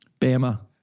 Bama